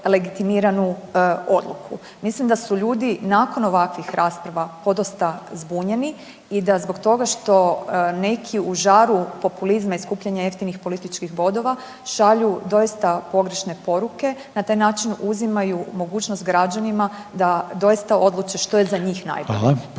legitimiranu odluku. Mislim da su ljudi nakon ovakvih rasprava podosta zbunjeni i da zbog toga što neki u žaru populizma i skupljanja jeftinih političkih bodova šalju doista pogrešne poruke. Na taj način uzimaju mogućnost građanima da doista odluče što je za njih najbolje.